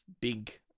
big